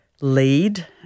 lead